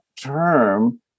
term